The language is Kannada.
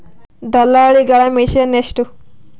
ದಲ್ಲಾಳಿಗಳ ಕಮಿಷನ್ ಎಷ್ಟು?